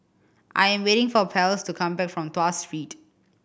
I am waiting for Ples to come back from Tuas Street